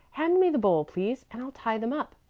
hand me the bowl, please, and i'll tie them up.